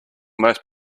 most